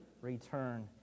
return